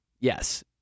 yes